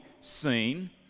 seen